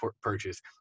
purchase